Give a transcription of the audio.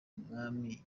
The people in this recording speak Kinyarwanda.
umwami